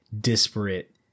disparate